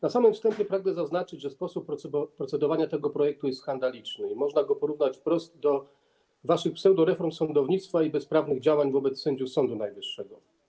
Na samym wstępie pragnę zaznaczyć, że sposób procedowania nad tym projektem jest skandaliczny i można go porównać wprost do waszych pseudoreform sądownictwa i bezprawnych działań wobec sędziów Sądu Najwyższego.